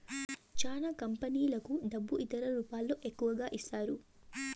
చానా కంపెనీలకు డబ్బు ఇతర రూపాల్లో ఎక్కువగా ఇస్తారు